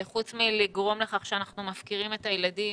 חוץ מלגרום לכך שאנחנו מפקירים את הילדים,